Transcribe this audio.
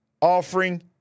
offering